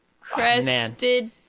crested